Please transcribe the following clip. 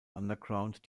underground